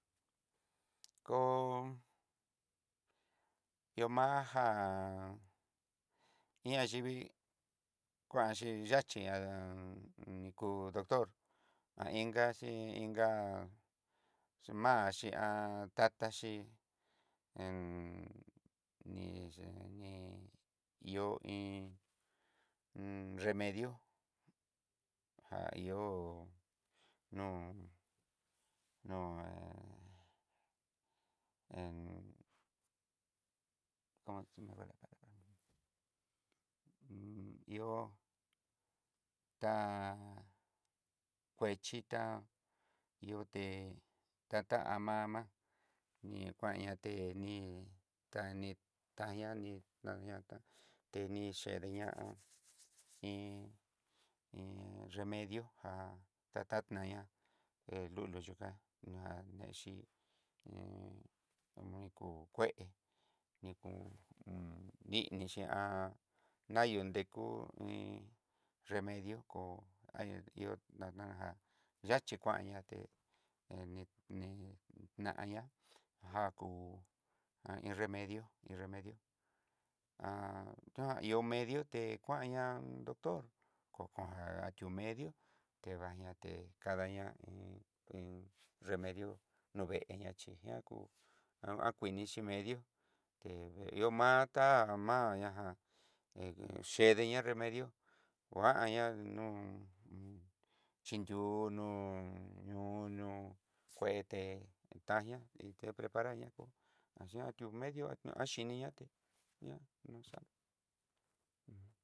Ko ihomajajan ihá yivii kuanxhi yaxhí ni kú doctor, ga xhí inga xe ma'a xhí a tataxi, he nixhi ní ihó iin remedio jpa ihó no'o no'o hon como ihó tá'a kui xhitá ihó té ta kama ma ni kuan ñaté ní, tani tañata teni chede ña hó iin iin nremedió já tatad tañá hé lulu yukan ná nexhí iin komiko kué nikó ninixí yuu ndekú, iin nremedió kó ó naranjá yaxhi kuan yaté ni nayá jakú hn iin remedio iin remedió ta ihó medió té kuanña doctor kongan kaxhió medio tebañaté kadaña iin iin remedio nuveeña xhinakú kuenixi xhi medió tei'ó má'a tá ña jan he chedeña remedio kuaña nu xhinrúu no ñoo nó kuete taña i té preparaña ko ñiu medio axhini ñaté no sabe.